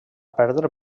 perdre